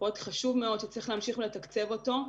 זה פרויקט חשוב שצריך להמשיך לתקצב אותו,